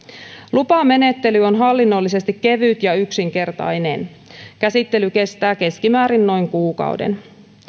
lupamenettely on hallinnollisesti kevyt ja yksinkertainen käsittely kestää keskimäärin noin kuukauden